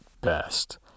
best